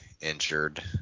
injured